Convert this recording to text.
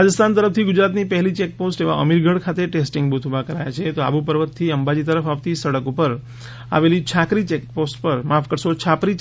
રાજસ્થાન તરફથી ગુજરાતની પહેલી ચેકપોસ્ટ એવા અમીરગઢ ખાતે ટેસ્ટિંગ બૂથ ઊભા કરાયા છે તો આબુ પર્વતથી અંબાજી તરફ આવતી સડક ઉપર આવેલી છાપરી